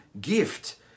gift